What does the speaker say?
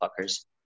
fuckers